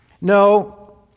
No